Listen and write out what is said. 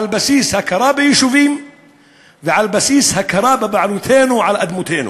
על בסיס הכרה ביישובים ועל בסיס הכרה בבעלותנו על אדמותינו.